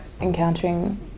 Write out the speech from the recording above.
encountering